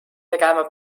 tegema